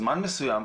זמן מסוים,